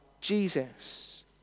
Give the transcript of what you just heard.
Jesus